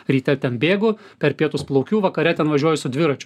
ryte ten bėgu per pietus plaukiu vakare ten važiuoju su dviračiu